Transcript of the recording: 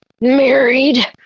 married